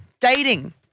Dating